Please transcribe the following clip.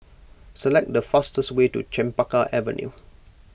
select the fastest way to Chempaka Avenue